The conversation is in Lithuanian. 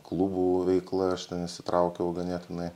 klubų veikla aš ten įsitraukiau ganėtinai